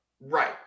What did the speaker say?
Right